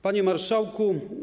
Panie Marszałku!